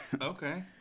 Okay